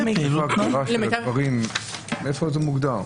מוגדר?